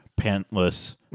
pantless